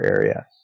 area